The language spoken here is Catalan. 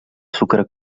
sucre